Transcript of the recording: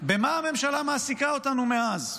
במה הממשלה מעסיקה אותנו מאז?